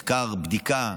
מחקר בדיקה,